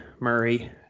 Murray